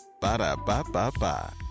Ba-da-ba-ba-ba